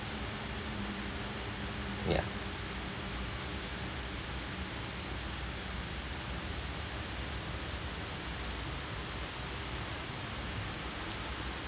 ya